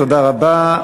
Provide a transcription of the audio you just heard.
תודה רבה.